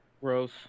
gross